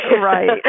Right